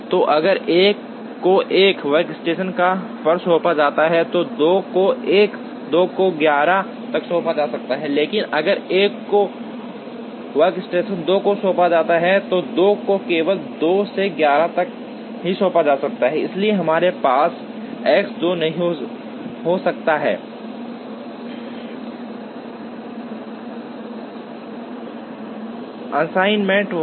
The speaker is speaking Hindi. तो अगर 1 को 1 वर्कस्टेशन पर सौंपा जाता है तो 2 को 1 2 को 11 तक सौंपा जा सकता है लेकिन अगर 1 को वर्कस्टेशन 2 को सौंपा जाता है तो 2 को केवल 2 से 11 तक ही सौंपा जा सकता है इसलिए हमारे पास X 2 नहीं हो सकता है 1 असाइनमेंट वहाँ